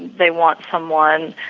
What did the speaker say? they want someone,